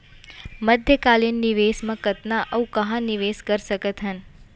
मध्यकालीन निवेश म कतना अऊ कहाँ निवेश कर सकत हन?